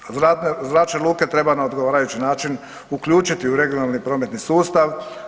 Zračne luke treba na odgovarajući način uključiti u regionalni prometni sustav.